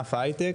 בענף ההייטק,